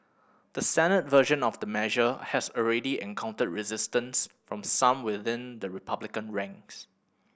the Senate version of the measure has already encountered resistance from some within the Republican ranks